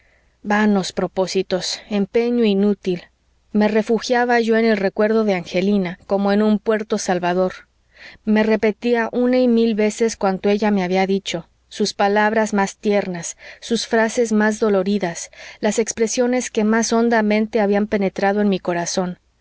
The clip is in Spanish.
aborrezca vanos propósitos empeño inútil me refugiaba yo en el recuerdo de angelina como en un puerto salvador me repetía una y mil veces cuanto ella me había dicho sus palabras más tiernas sus frases más doloridas las expresiones que más hondamente habían penetrado en mi corazón